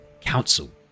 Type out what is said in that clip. council